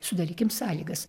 sudarykim sąlygas